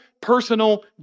personal